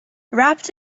wrapped